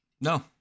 No